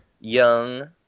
young